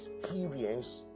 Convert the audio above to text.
experience